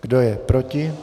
Kdo je proti?